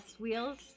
wheels